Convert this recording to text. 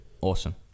awesome